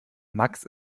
max